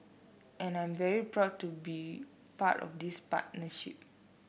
and I'm very proud to be part of this partnership